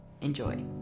enjoy